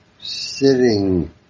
sitting